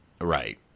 Right